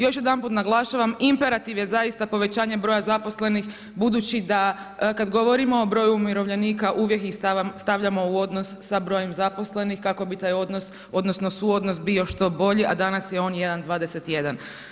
Još jedanput naglašavam, imperativ je zaista povećanje broja zaposlenih, budući da kada govorimo o broju umirovljenika uvijek ih stavljamo u odnos sa brojem zaposlenih kako bi taj odnos odnosno suodnos bio što bolji a danas je on 1,21.